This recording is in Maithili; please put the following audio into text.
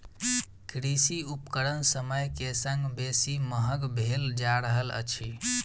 कृषि उपकरण समय के संग बेसी महग भेल जा रहल अछि